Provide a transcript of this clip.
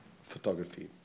photography